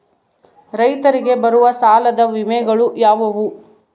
ರೈತರಿಗೆ ಬರುವ ಸಾಲದ ವಿಮೆಗಳು ಯಾವುವು?